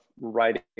writing